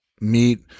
meat